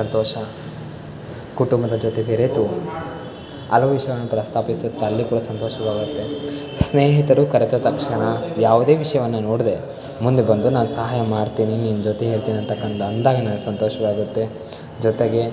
ಸಂತೋಷ ಕುಟುಂಬದ ಜೊತೆ ಬೆರೆತು ಹಲವು ವಿಷಯಗಳನ್ನು ಪ್ರಸ್ತಾಪಿಸುತ್ತ ಅಲ್ಲಿ ಕೂಡ ಸಂತೋಷವಾಗುತ್ತೆ ಸ್ನೇಹಿತರು ಕರೆದ ತಕ್ಷಣ ಯಾವುದೇ ವಿಷಯವನ್ನ ನೋಡದೇ ಮುಂದೆ ಬಂದು ನಾನು ಸಹಾಯ ಮಾಡ್ತೀನಿ ನಿನ್ನ ಜೊತೆ ಇರ್ತೀನಿ ಅಂತಕ್ಕಂಥ ಅಂದಾಗ ನನಗೆ ಸಂತೋಷವಾಗುತ್ತೆ ಜೊತೆಗೆ